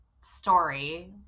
story